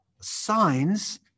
signs